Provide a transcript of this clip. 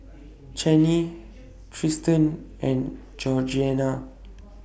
Chaney Triston and Georgeanna